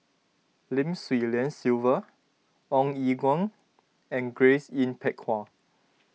Lim Swee Lian Sylvia Ong Eng Guan and Grace Yin Peck Ha